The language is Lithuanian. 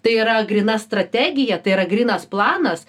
tai yra gryna strategija tai yra grynas planas